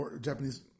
Japanese